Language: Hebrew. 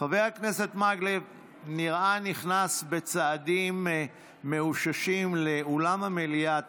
חבר הכנסת מקלב נראה נכנס בצעדים מאוששים לאולם המליאה.